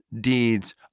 deeds